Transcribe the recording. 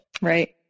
Right